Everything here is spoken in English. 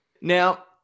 Now